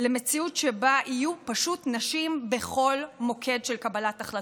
למציאות שבה יהיו פשוט נשים בכל מוקד של קבלת החלטות,